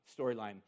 storyline